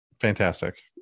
fantastic